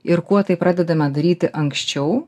ir kuo tai pradedama daryti anksčiau